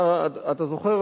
אתה זוכר,